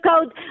code